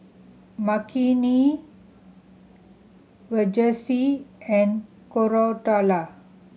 Makineni Verghese and Koratala